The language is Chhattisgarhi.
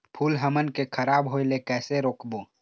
फूल हमन के खराब होए ले कैसे रोकबो?